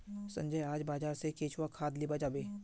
संजय आइज बाजार स केंचुआ खाद लीबा जाबे